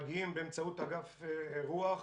באמצעות אגף אירוח,